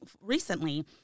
recently